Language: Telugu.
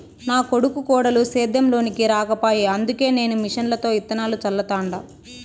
నా కొడుకు కోడలు సేద్యం లోనికి రాకపాయె అందుకే నేను మిషన్లతో ఇత్తనాలు చల్లతండ